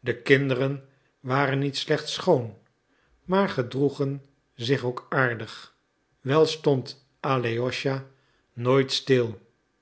de kinderen waren niet slechts schoon maar gedroegen zich ook aardig wel stond alëscha uitspraak aleosja nooit stil